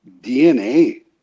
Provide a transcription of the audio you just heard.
DNA